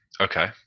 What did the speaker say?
Okay